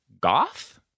goth